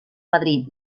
madrid